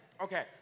Okay